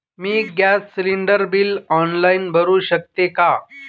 मी gas cylinder bill online भरु शकते का?